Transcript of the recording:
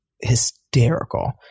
hysterical